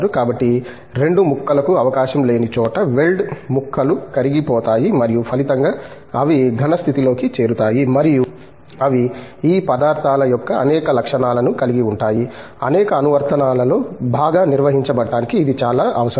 కాబట్టి 2 ముక్కలకు అవకాశం లేని చోట వెల్డ్ ముక్కలు కరిగిపోతాయి మరియు ఫలితంగా అవి ఘన స్థితిలోకి చేరతాయి మరియు అవి ఈ పదార్థాల యొక్క అనేక లక్షణాలను కలిగి ఉంటాయి అనేక అనువర్తనలలో బాగా నిర్వహించడానికి ఇది చాలా అవసరం